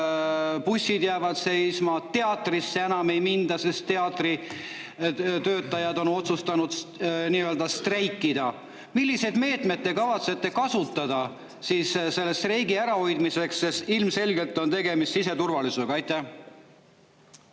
bussid jäävad seisma, teatrisse enam ei minda, sest teatritöötajad on otsustanud streikida, milliseid meetmeid te kavatsete siis kasutada selle streigi ärahoidmiseks, sest ilmselgelt on tegemist siseturvalisusega? Ma